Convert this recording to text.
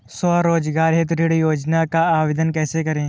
स्वरोजगार हेतु ऋण योजना का आवेदन कैसे करें?